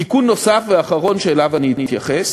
תיקון נוסף ואחרון שאליו אני אתייחס